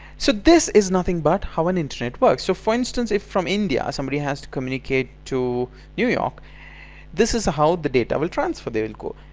so this is nothing but how an internet works! so for instance if from india somebody has to communicate to new york this is how the data will transfer. they will go.